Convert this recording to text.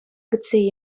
кӗтсе